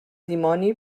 dimoni